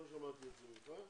לא שמעתי את זה ממך,